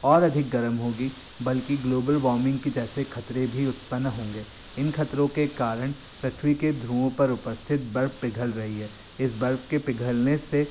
और अधिक गर्म होगी बल्कि ग्लोबल वाॅर्मिंग के जैसे ख़तरे भी उत्पन्न होंगे इन ख़तरों के कारण पृथ्वी के ध्रुवों पर उपस्थित पर बर्फ पिघल रही है इस बर्फ के पिघलने से